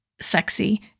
Sexy